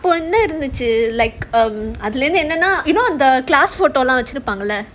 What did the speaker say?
பொண்ணு இருந்துச்சு:ponnu irunthuchu like um அதுல இருந்து என்னனா:adhula irunthu ennanaa you know the class photo lah வச்சிருப்பாங்கல:vachirupaangala